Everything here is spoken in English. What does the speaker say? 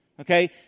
Okay